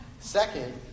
Second